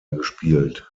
gespielt